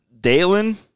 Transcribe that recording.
dalen